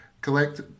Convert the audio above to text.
collect